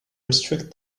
restrict